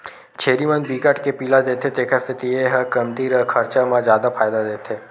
छेरी मन बिकट के पिला देथे तेखर सेती ए ह कमती खरचा म जादा फायदा देथे